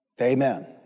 Amen